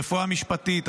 רפואה משפטית,